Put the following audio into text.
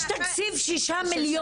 יש תקציב של 6 מיליון.